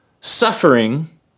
suffering